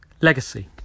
legacy